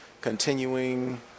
continuing